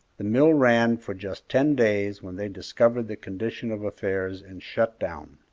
the mill ran for just ten days when they discovered the condition of affairs and shut down,